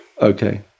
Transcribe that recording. Okay